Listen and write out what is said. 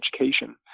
education